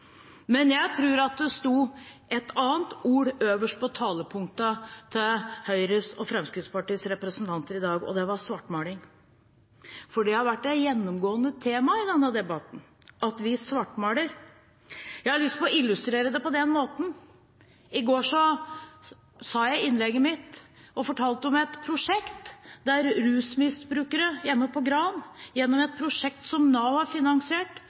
Men jeg tror at det sto et annet ord øverst på talepunktene til Høyres og Fremskrittspartiets representanter i dag, og det er «svartmaling», for det har vært et gjennomgående tema i denne debatten at vi svartmaler. Jeg har lyst til å illustrere det på denne måten: I går fortalte jeg i innlegget mitt om et prosjekt der rusmisbrukere hjemme på Gran gjennom et prosjekt som Nav har finansiert,